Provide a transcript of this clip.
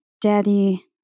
Daddy